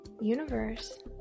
universe